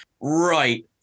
right